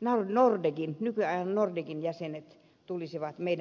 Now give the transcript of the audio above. jäsenet nykyajan nordekin jäsenet tulisivat meidän turvaksemme